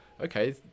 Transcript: okay